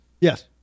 Yes